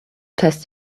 test